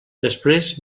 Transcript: després